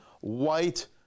white